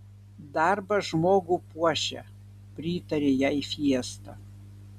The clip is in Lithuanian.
darbas žmogų puošia pritarė jai fiesta